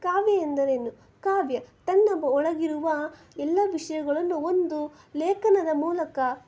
ಕಾವ್ಯ ಎಂದರೇನು ಕಾವ್ಯ ತನ್ನ ಒಳಗಿರುವ ಎಲ್ಲ ವಿಷಯಗಳನ್ನು ಒಂದು ಲೇಖನದ ಮೂಲಕ